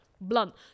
blunt